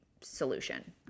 solution